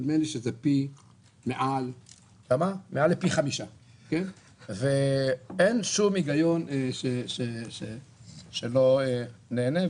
נדמה לי שזה מעל לפי 5. אין שום היגיון שלא ניהנה.